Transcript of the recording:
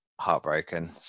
heartbroken